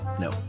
No